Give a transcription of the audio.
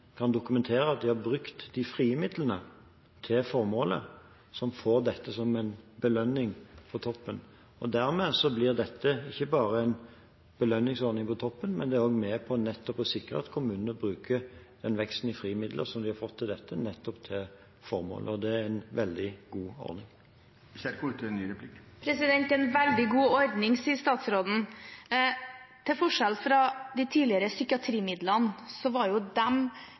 kan dokumentere at de har brukt de frie midlene til formålet, som får dette som en belønning på toppen. Dermed blir dette ikke bare en belønningsordning på toppen, men det er også med på å sikre at kommunene bruker den veksten i frie midler som de har fått til dette, nettopp til formålet, og det er en veldig god ordning. Det er «en veldig god ordning», sier statsråden, til forskjell fra de tidligere psykiatrimidlene, som var definert med klare kriterier, og så fikk man penger når man oppfylte dem